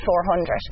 400